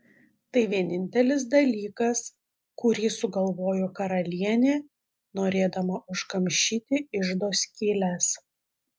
tai vienintelis dalykas kurį sugalvojo karalienė norėdama užkamšyti iždo skyles